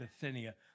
Bithynia